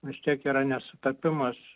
vis tiek yra nesutapimas